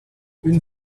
une